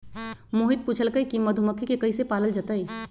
मोहित पूछलकई कि मधुमखि के कईसे पालल जतई